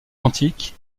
antique